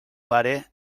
pare